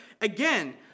Again